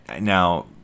Now